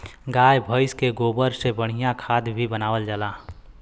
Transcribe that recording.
गाय भइस के गोबर से बढ़िया खाद भी बनावल जाला